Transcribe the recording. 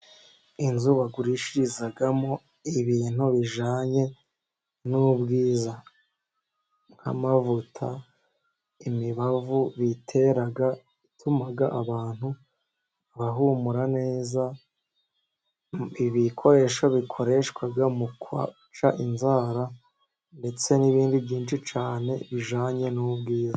Inzu bagurishirizamo ibintu bijyanye n'ubwiza, nk'amavuta, imibavu bitera ituma abantu bahumura neza, ibikoresho bikoreshwa mu guca inzara ndetse n'ibindi byinshi cyane bijyanye n'ubwiza.